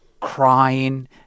crying